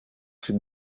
ses